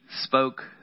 spoke